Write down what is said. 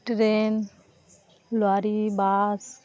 train lorry bus